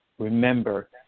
Remember